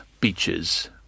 beaches